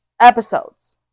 episodes